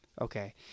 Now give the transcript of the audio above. okay